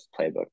playbook